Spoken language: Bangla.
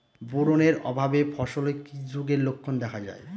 বোরন এর অভাবে ফসলে কি রোগের লক্ষণ দেখা যায়?